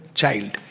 child।